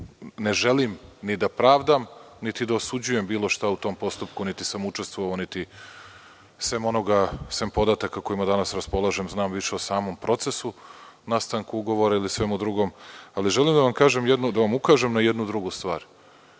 ne želim ni da pravdam niti da osuđujem bilo šta u tom postupku, niti sam učestvovao, sem podataka kojima danas raspolažem, sam više o samom procesu, nastanku ugovora ili u svemu drugom. Želim da vam ukažem na jednu drugu stvar